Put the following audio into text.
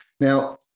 Now